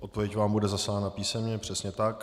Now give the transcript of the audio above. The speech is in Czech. Odpověď vám bude zaslána písemně, přesně tak.